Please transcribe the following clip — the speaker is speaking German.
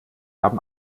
haben